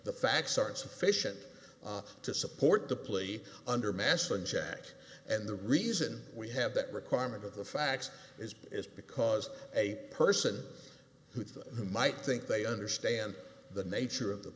the facts are insufficient to support the plea under massa jack and the reason we have that requirement of the facts is is because a person who might think they understand the nature of the